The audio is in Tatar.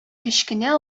кечкенә